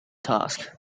task